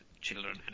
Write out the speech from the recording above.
children